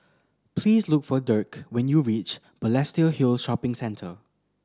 please look for Dirk when you reach Balestier Hill Shopping Centre